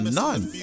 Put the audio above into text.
none